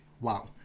Wow